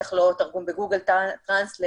בטח לא תרגום בגוגל טרנסלייט,